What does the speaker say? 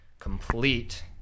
complete